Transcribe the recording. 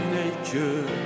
nature